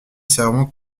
servant